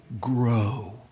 grow